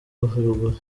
haruguru